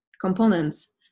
components